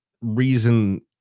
reason